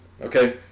Okay